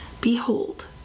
Behold